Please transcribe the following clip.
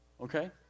Okay